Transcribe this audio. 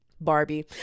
Barbie